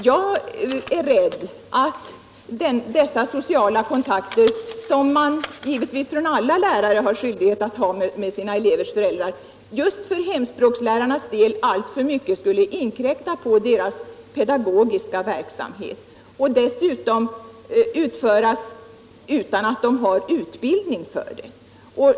Jag är rädd för att dessa sociala kontakter, som givetvis alla lärare har skyldighet att ha med sina elevers föräldrar, just för hemspråkslärarnas del alltför mycket skulle inskränka på deras pedagogiska verksamhet och dessutom utföras utan att de har fått utbildning för det.